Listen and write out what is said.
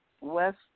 West